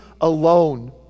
alone